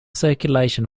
circulation